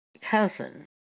cousin